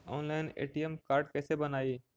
Online ATM card कैसे बनाई?